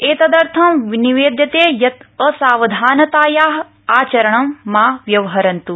एतदर्थ निवेद्यते यत् असावधानताया आचरणं मा व्यवहरन्त्